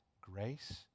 grace